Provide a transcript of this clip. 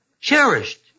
Cherished